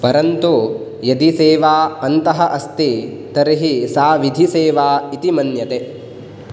परन्तु यदि सेवा अन्तः अस्ति तर्हि सा विधिसेवा इति मन्यते